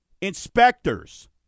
Inspectors